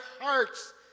hearts